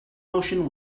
motion